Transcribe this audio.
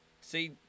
See